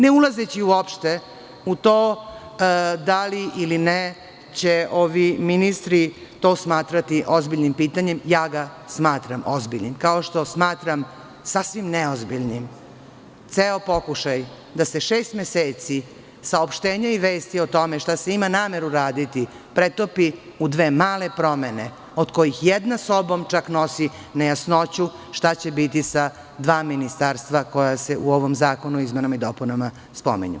Ne ulazeći uopšte u to da li će ili ne ovi ministri to smatrati ozbiljnim pitanjem, ja ga smatram ozbiljnim, kao što smatram sasvim neozbiljnim ceo pokušaj da se šest meseci saopštenja i vesti o tome šta se ima namera uraditi pretopi u dve male promene od kojih jedna sobom čak nosi nejasnoću šta će biti sa dva ministarstva koja se u ovom zakonu o izmenama i dopunama spominju.